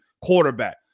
quarterback